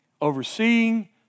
overseeing